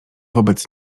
wobec